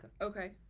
Okay